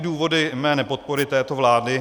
Důvody mé nepodpory této vlády.